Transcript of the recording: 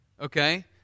Okay